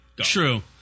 True